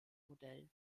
modell